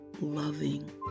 loving